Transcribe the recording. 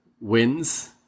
wins